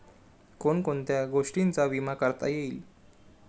कोण कोणत्या गोष्टींचा विमा करता येईल?